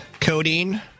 Codeine